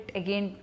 again